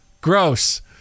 Gross